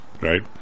right